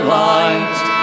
light